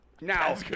Now